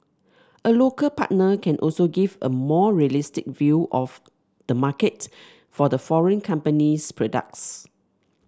a local partner can also give a more realistic view of the market for the foreign company's products